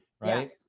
right